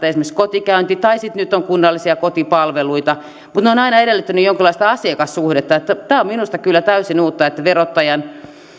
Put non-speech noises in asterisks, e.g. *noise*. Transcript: *unintelligible* esimerkiksi maistraatista kotikäynti tai sitten nyt on kunnallisia kotipalveluita mutta ne ovat aina edellyttäneet jonkinlaista asiakassuhdetta että tämä on minusta kyllä täysin uutta että